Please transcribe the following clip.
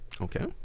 Okay